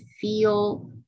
feel